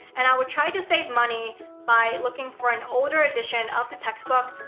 and, i would try to save money by looking for an older edition of the textbook.